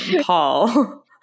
paul